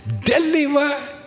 deliver